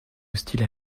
hostile